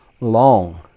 long